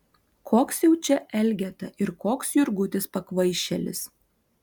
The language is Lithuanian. koks jau čia elgeta ir koks jurgutis pakvaišėlis